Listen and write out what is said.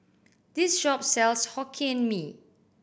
this shop sells Hokkien Mee